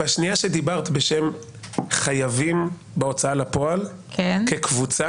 בשנייה שדיברת בשם חייבים בהוצאה לפועל כקבוצה,